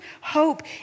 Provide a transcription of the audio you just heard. hope